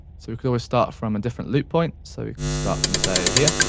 so we could always start from a different loop point. so we could start from, say, here.